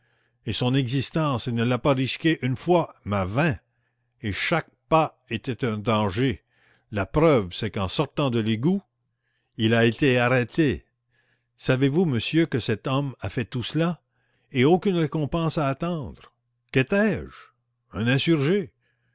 et son existence il ne l'a pas risquée une fois mais vingt et chaque pas était un danger la preuve c'est qu'en sortant de l'égout il a été arrêté savez-vous monsieur que cet homme a fait tout cela et aucune récompense à attendre quétais je un insurgé